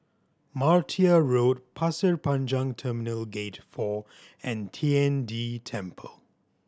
Martia Road Pasir Panjang Terminal Gate Four and Tian De Temple